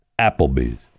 Applebee's